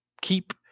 keep